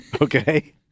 Okay